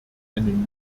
einen